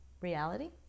reality